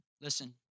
Listen